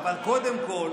אבל קודם כול,